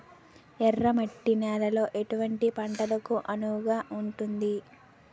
ఎర్ర మట్టి నేలలో ఎటువంటి పంటలకు అనువుగా ఉంటుంది?